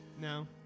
No